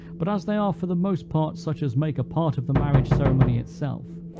but as they are for the most part such as make a part of the marriage ceremony itself,